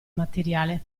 materiale